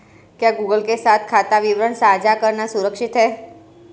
क्या गूगल के साथ खाता विवरण साझा करना सुरक्षित है?